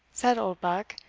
said oldbuck,